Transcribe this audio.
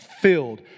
filled